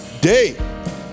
day